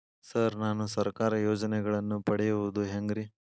Sir ನಾನು ಸರ್ಕಾರ ಯೋಜೆನೆಗಳನ್ನು ಪಡೆಯುವುದು ಹೆಂಗ್ರಿ?